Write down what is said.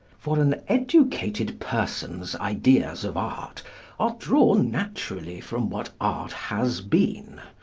for an educated person's ideas of art are drawn naturally from what art has been,